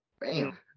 Bam